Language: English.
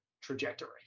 trajectory